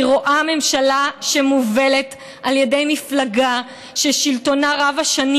אני רואה ממשלה שמובלת על ידי מפלגה ששלטונה רב-השנים